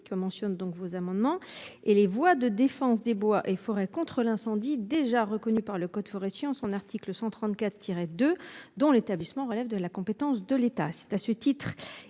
que mentionne donc vos amendements et les voix de défense des bois et forêts contre l'incendie, déjà reconnue par le code forestier en son article 134 de dons l'établissement relève de la compétence de l'État,